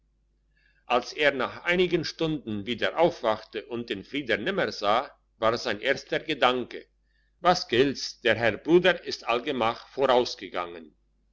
als er nach einigen stunden wieder aufwachte und den frieder nimmer sah war sein erster gedanke was gilt's der herr bruder ist alsgemach vorausgegangen